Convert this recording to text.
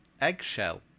eggshell